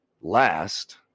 last